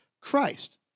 Christ